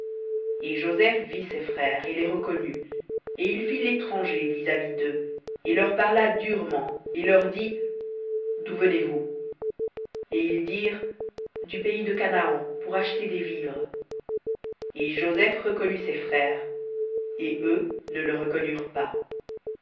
et joseph vit ses frères et les reconnut et il fit l'étranger vis-à-vis d'eux et leur parla durement et leur dit d'où venez-vous et ils dirent du pays de canaan pour acheter des vivres et joseph reconnut ses frères et eux ne le reconnurent pas